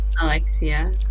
Alexia